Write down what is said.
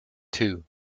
two